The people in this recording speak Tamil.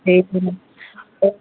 சரி மேம் ஓ